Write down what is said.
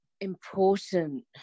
important